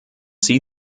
sie